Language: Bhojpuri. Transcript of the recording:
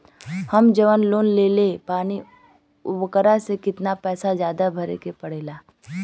हम जवन लोन लेले बानी वोकरा से कितना पैसा ज्यादा भरे के पड़ेला?